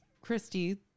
Christy